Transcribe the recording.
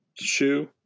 shoe